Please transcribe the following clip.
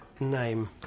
Name